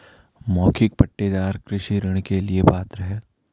मौखिक पट्टेदार कृषि ऋण के लिए पात्र हैं